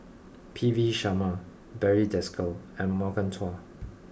P V Sharma Barry Desker and Morgan Chua